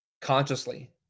consciously